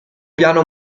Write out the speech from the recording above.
piano